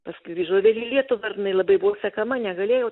paskui grįžo vėl į lietuvą ir jinai labai buvo sekama negalėjo